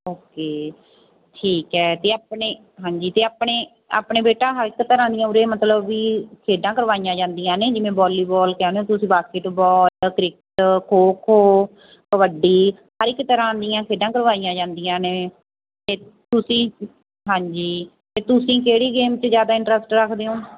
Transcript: okay ਠੀਕ ਹੈ ਅਤੇ ਆਪਣੇ ਹਾਂਜੀ ਅਤੇ ਆਪਣੇ ਆਪਣੇ ਬੇਟਾ ਹਰ ਇੱਕ ਤਰ੍ਹਾਂ ਦੀਆਂ ਉਰੇ ਮਤਲਬ ਵੀ ਖੇਡਾਂ ਕਰਵਾਈਆਂ ਜਾਂਦੀਆਂ ਨੇ ਜਿਵੇਂ ਵੋਲੀਬੋਲ ਕਹਿੰਦੇ ਹੋ ਤੁਸੀਂ ਬਸਕਿੱਟਬੋਲ ਕ੍ਰਿਕੇਟ ਖੋ ਖੋ ਕਬੱਡੀ ਹਰ ਇੱਕ ਤਰ੍ਹਾਂ ਦੀਆਂ ਖੇਡਾਂ ਕਰਵਾਈਆਂ ਜਾਂਦੀਆਂ ਨੇ ਤਾਂ ਤੁਸੀਂ ਹਾਂਜੀ ਅਤੇ ਤੁਸੀਂ ਕਿਹੜੀ ਗੇਮ 'ਚ ਜ਼ਿਆਦਾ ਇੰਟਰਸਟ ਰੱਖਦੇ ਹੋ